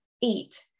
eat